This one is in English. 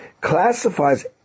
classifies